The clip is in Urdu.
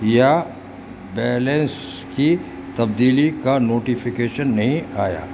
یا بیلنس کی تبدیلی کا نوٹیفیکیشن نہیں آیا